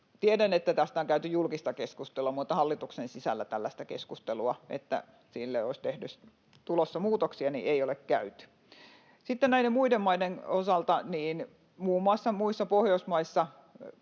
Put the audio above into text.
Tiedän, että tästä on käyty julkista keskustelua, mutta hallituksen sisällä tällaista keskustelua, että siihen olisi tulossa muutoksia, ei ole käyty. Sitten muiden maiden osalta. Muun muassa muissa Pohjoismaissa,